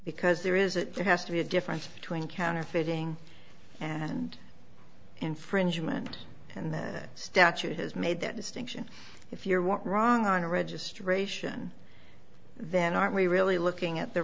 because there is there has to be a difference between counterfeiting and infringement and that statute is made that distinction if you're wrong on a registration then aren't we really looking at the